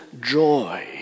joy